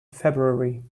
february